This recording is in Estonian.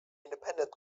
independent